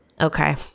Okay